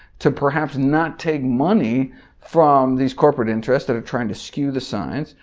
to perhaps not take money from these corporate interests that are trying to skew the science,